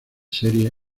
serie